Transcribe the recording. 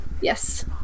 Yes